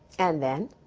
and then?